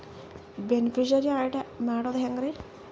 Beneficiary, add ಮಾಡೋದು ಹೆಂಗ್ರಿ?